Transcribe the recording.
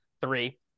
Three